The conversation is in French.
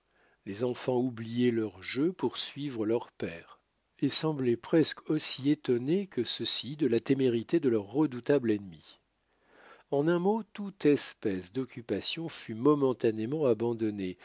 les enfants oubliaient leurs jeux pour suivre leurs pères et semblaient presque aussi étonnés que ceux-ci de la témérité de leur redoutable ennemi en un mot toute espèce d'occupation fut momentanément abandonnée